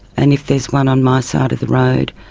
and if there's one on my side of the road,